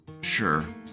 Sure